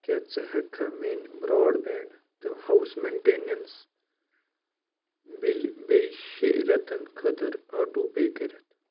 کیٛاہ ژٕ ہٮ۪کٕکھا میٛانہِ برٛاڈ بیٚنٛڈ تہٕ ہاوُس مینٛٹینَنس بِلہِ بییٚہِ شےٚ رٮ۪تن خٲطرٕ آٹوٗ پے کٔرِتھ